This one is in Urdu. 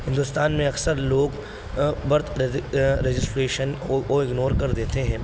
ہندوستان میں اکثر لوگ برتھ رجسٹریشن کو کو اگنور کر دیتے ہیں